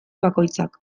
bakoitzak